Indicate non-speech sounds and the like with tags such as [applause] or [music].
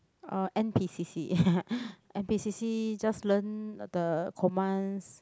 uh n_p_c_c [laughs] n_p_c_c just learn the commands